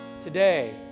today